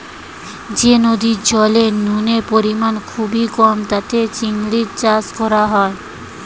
যে নদীর জলে নুনের পরিমাণ খুবই কম তাতে চিংড়ির চাষ করা হয়